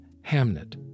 Hamnet